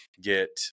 get